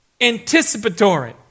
Anticipatory